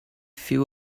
few